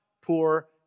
poor